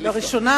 דבר ראשון,